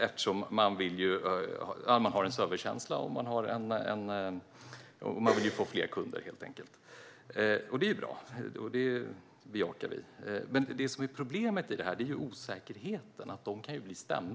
eftersom de har en servicekänsla och helt enkelt vill få fler kunder. Det är bra, och det bejakar vi. Men det som är problemet är osäkerheten, att de kan bli stämda.